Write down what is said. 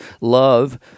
love